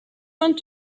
want